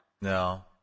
No